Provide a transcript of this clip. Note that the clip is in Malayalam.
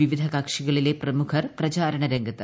വിവിധ കക്ഷികളിലെ പ്രമുഖർ പ്രചാരണ രംഗത്ത്